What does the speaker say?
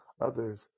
others